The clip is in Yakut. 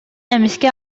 эмискэ